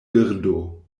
birdo